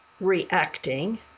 reacting